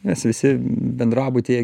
mes visi bendrabutyje